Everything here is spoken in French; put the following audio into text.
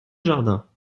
jardin